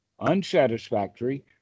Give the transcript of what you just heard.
unsatisfactory